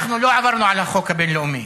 אנחנו לא עברנו על החוק הבין-לאומי,